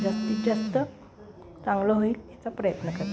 जास्तीत जास्त चांगलं होईल याचा प्रयत्न करते